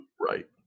Right